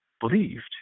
believed